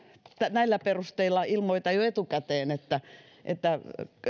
näillä perusteilla ilmoitan jo etukäteen että että